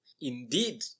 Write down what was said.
Indeed